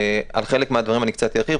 על חלק מהדברים קצת ארחיב,